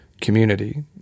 community